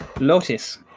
Lotus